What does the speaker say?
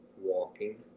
walking